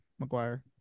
McGuire